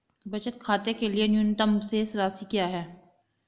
बचत खाते के लिए न्यूनतम शेष राशि क्या है?